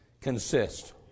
consist